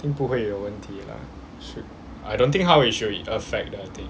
think 不会有问题 lah I don't think how it should affect the thing